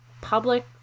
public